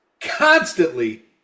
constantly